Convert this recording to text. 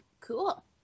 Cool